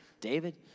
David